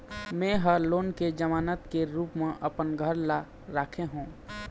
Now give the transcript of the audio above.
में ह लोन के जमानत के रूप म अपन घर ला राखे हों